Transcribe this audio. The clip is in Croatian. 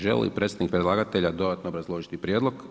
Želi li predstavnik predlagatelja dodatno obrazložiti prijedlog?